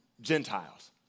Gentiles